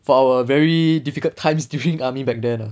for our very difficult times during army back then